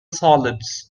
solids